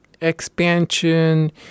expansion